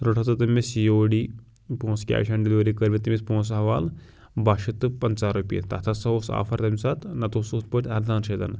روٚٹ ہسا تٔمۍ مےٚ سی او ڈی پونٛسہٕ کیش آن ڈِلوری کٔرۍ مےٚ تٔمِس پونٛسہٕ حوال بَہہ شیٚتھ تہٕ پنٛژاہ رۄپیہِ تَتھ ہسا اوس سُہ آفَر تمہِ سات نَتہٕ اوس سُہ ہُتھ پٲٹھۍ اردہَن شیٚتَن